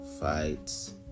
fights